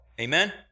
Amen